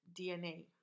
DNA